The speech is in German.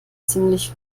ziemlich